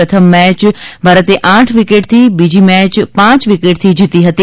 પ્રથમ મેય ભારતે આઠ વિકેટથી બીજી મેય પાંચ વિકેટથી જીતી લીધી હતી